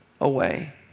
away